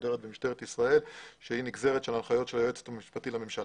מסודרת במשטרת ישראל שהיא נגזרת של הנחיות היועץ המשפטי לממשלה.